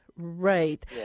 Right